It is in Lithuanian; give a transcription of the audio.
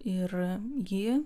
ir ji